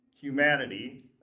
humanity